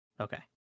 Okay